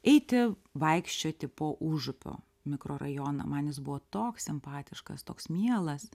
eiti vaikščioti po užupio mikrorajoną man jis buvo toks simpatiškas toks mielas